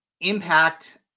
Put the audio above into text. impact